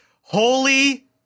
Holy